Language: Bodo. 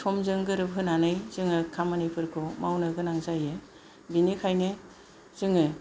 समजों गोरोबहोनानै जोङो खामानिफोरखौ मावनो गोनां जायो बेनिखायनो जोङो